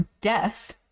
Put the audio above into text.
death